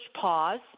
pause